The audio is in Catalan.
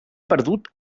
perdut